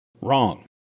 Wrong